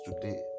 today